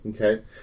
Okay